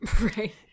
Right